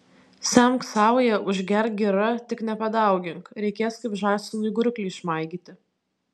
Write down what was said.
semk sauja užgerk gira tik nepadaugink reikės kaip žąsinui gurklį išmaigyti